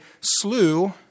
slew